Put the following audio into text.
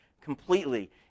completely